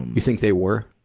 you think they were,